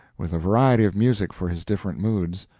with a variety of music for his different moods.